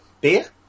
Beer